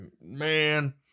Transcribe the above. man